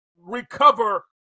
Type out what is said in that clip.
recover